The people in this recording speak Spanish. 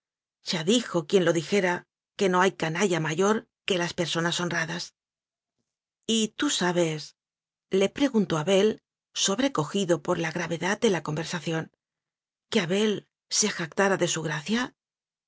ya dijo quien lo dijera que no hay canalla mayor que las per sonas honradas y tú sabesle preguntó abel sobrecojido por la gravedad de la conversaciónqué abel se jactara de su gracia